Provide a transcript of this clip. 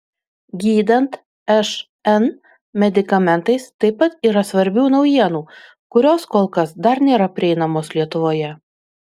gydant šn medikamentais taip pat yra svarbių naujienų kurios kol kas dar nėra prieinamos lietuvoje